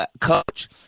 coach